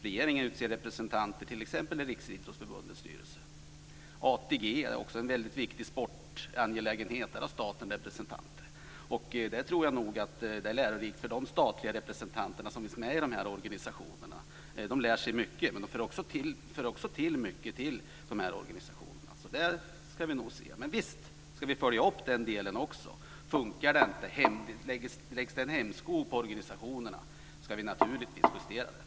Regeringen utser representanter till t.ex. Riksidrottsförbundets styrelse. ATG är också en viktig sportangelägenhet, och där har staten representanter. Det är lärorikt för de statliga representanter som finns med i organisationerna, men de för också till mycket till organisationerna. Visst ska vi följa upp denna del också. Om detta inte fungerar och en hämsko läggs på organisationerna, ska det naturligtvis ske en justering.